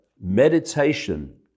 meditation